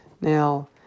Now